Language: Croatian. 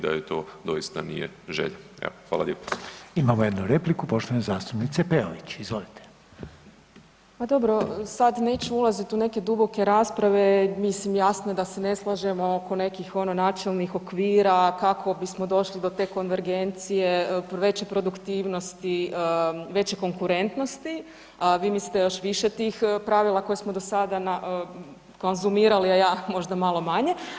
Pa dobro sad neću ulaziti u neke duboke rasprave, mislim jasno je da se ne slažemo oko nekih ono načelnih okvira kako bismo došli do te konvergencije, veće produktivnosti, veće konkurentnosti, a vi biste još više tih pravila koje smo do sada konzumirali, a ja možda malo manje.